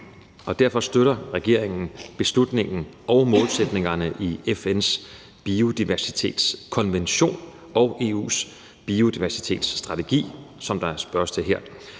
Derfor støtter regeringen beslutningen og målsætningerne i FN's biodiversitetskonvention og EU's biodiversitetsstrategi, som der spørges til her.